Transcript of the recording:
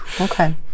Okay